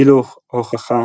אילו הוכחה